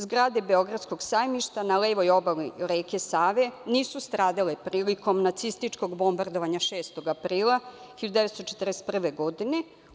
Zgrade Beogradskog sajmišta na levoj obali reke Save nisu stradale prilikom nacističkog bombardovanja 6. aprila 1941. godine.